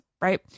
right